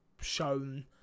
shown